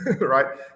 Right